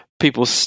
people